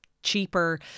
cheaper